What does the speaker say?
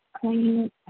clean